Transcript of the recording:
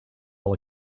all